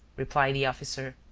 replied the officer.